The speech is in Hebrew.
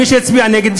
מי שיצביע נגד,